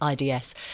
IDS